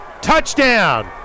touchdown